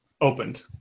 opened